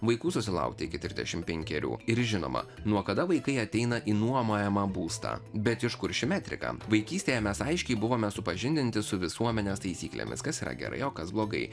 vaikų susilaukti iki trisdešimt penkerių ir žinoma nuo kada vaikai ateina į nuomojamą būstą bet iš kur ši metrika vaikystėje mes aiškiai buvome supažindinti su visuomenės taisyklėmis kas yra gerai o kas blogai